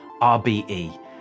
RBE